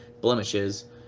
blemishes